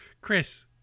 Chris